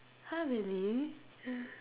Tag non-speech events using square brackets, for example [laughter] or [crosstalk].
!huh! really [noise]